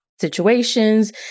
situations